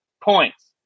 points